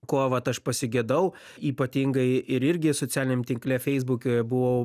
ko vat aš pasigedau ypatingai ir irgi socialiniam tinkle feisbuk buvau